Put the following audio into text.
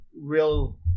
real